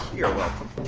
you're welcome!